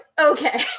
okay